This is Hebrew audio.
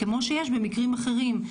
כמו שיש במקרים אחרים,